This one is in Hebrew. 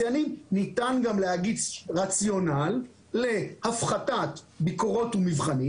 וניתן להגיש רציונל להפחתת ביקורות ומבחנים